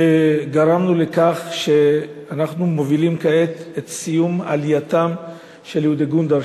וגרמנו לכך שאנחנו מובילים כעת את סיום עלייתם של יהודי גונדר,